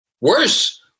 Worse